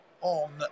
on